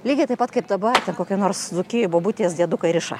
lygiai taip pat kaip dabar kokioj nors dzūkijoj bobutės dėdukai riša